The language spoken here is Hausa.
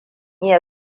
iya